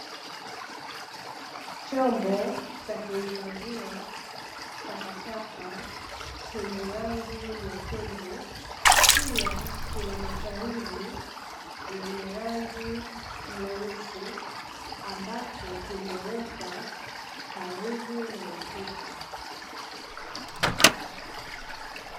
Chombo cha kuhifadhia takataka chenye rangi nyekundu, pia kina matahiri yenye rangi nyeusi ambacho kimewekwa karibu na ukuta.